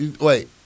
Wait